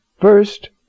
First